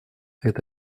это